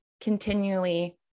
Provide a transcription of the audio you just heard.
continually